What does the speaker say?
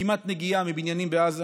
כמעט נגיעה, מבניינים בעזה.